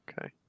Okay